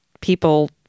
people